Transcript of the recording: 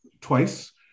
twice